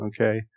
Okay